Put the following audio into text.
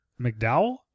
McDowell